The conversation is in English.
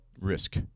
risk